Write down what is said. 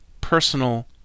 personal